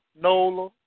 Nola